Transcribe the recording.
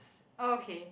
okay